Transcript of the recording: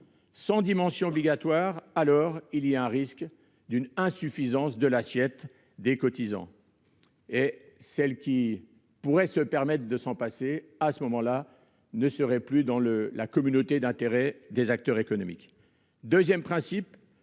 Sans dimension obligatoire, il y a le risque d'une insuffisance de l'assiette des cotisants. Celles qui pourraient se permettre de s'en passer ne seraient plus dans la communauté d'intérêts des acteurs économiques. Deuxièmement,